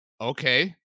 Okay